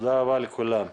תודה רבה לכולם.